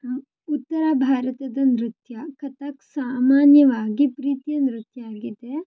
ಉತ್ತರ ಭಾರತದ ನೃತ್ಯ ಕಥಕ್ ಸಾಮಾನ್ಯವಾಗಿ ಪ್ರೀತಿಯ ನೃತ್ಯ ಆಗಿದೆ